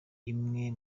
umwe